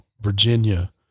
Virginia